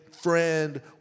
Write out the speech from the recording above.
friend